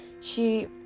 She-